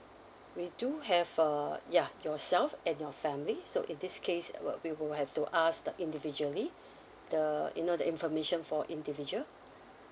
we do have uh ya yourself and your family so in this case uh w~ we will have to ask the individually the you know the information for individual